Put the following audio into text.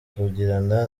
kugirana